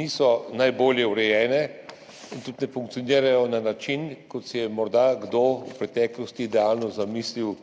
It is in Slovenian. ni najbolje urejenih in tudi ne funkcionirajo na način, kot si je morda kdo v preteklosti idealno zamislil